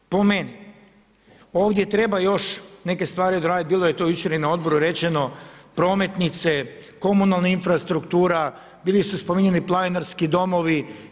Po meni ovdje treba još neke stvari doraditi, bilo je to jučer i na odboru rečeno prometnice, komunalna infrastruktura, bili su spominjani planinarski domovi.